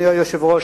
אדוני היושב-ראש,